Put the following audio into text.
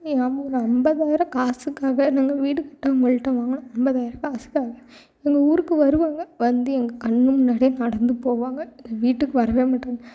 தெரியாமல் ஒரு ஐம்பதாயிரம் காசுக்காக நாங்கள் வீடு கட்ட அவங்கள்ட்ட வாங்கினோம் ஐம்பதாயரோம் காசுக்காக எங்கள் ஊருக்கு வருவாங்க வந்து எங்கள் கண் முன்னாடியே நடந்து போவாங்க எங்கள் வீட்டுக்கு வர மாட்டாங்க